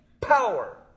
power